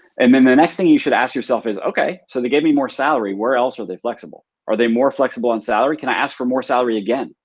and then the next thing you should ask yourself is, okay, so they gave me more salary. where else are they flexible? are they more flexible on salary? can i ask for more salary again?